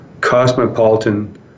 cosmopolitan